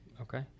Okay